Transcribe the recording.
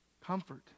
Comfort